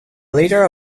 later